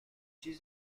ازدواج